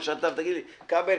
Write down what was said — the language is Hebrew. ותגיד לי: "כבל,